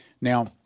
Now